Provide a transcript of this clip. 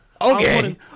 Okay